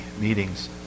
meetings